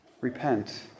Repent